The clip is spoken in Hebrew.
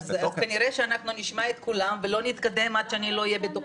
אז כנראה שנשמע את כולם ולא נתקדם עד שאהיה בטוחה.